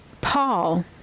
Paul